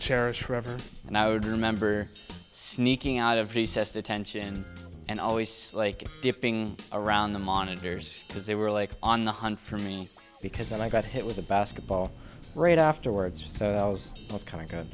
cherish forever and i would remember sneaking out of recessed attention and always like dipping around the monitors because they were like on the hunt for me because i got hit with a basketball right afterwards so